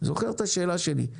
זאת לא רשעות?